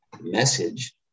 message